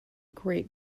great